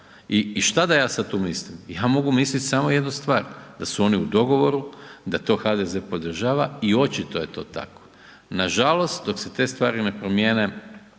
I šta da ja sad tu mislim? Ja mogu mislit samo jednu stvar, da su oni u dogovoru, da to HDZ podržava i očito je to tako. Nažalost dok se te svari ne promijene